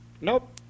Nope